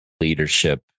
leadership